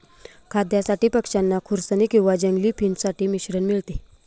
खाद्यासाठी पक्षांना खुरसनी किंवा जंगली फिंच साठी मिश्रण मिळते